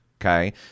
okay